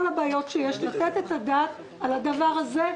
לתת את הדעת על הדבר הזה,